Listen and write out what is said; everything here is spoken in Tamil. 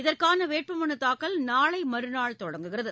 இதற்கான வேட்புமனு தாக்கல் நாளை மறுநாள் தொடங்குகிறது